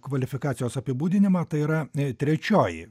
kvalifikacijos apibūdinimą tai yra trečioji